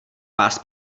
vás